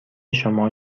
شما